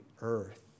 earth